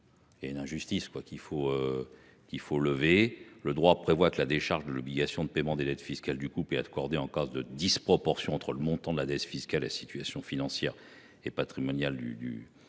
années de mariage. Le droit prévoit que la décharge de l’obligation de paiement des dettes fiscales du couple est accordée en cas de disproportion entre le montant de la dette fiscale et la situation financière et patrimoniale du demandeur.